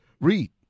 Read